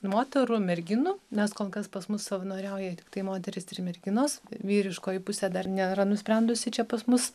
moterų merginų nes kol kas pas mus savanoriauja tiktai moterys ir merginos vyriškoji pusė dar nėra nusprendusi čia pas mus